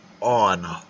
on